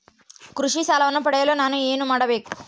ಕೃಷಿ ಸಾಲವನ್ನು ಪಡೆಯಲು ನಾನು ಏನು ಮಾಡಬೇಕು?